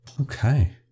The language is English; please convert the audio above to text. Okay